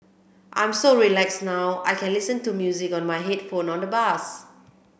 I'm so relaxed now I can listen to music on my headphone on the bus